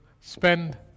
spend